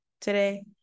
today